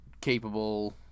capable